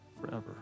forever